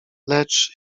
lecz